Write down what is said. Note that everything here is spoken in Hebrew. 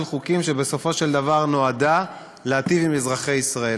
חוקים שבסופו של דבר נועדה להיטיב עם אזרחי ישראל.